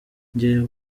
njye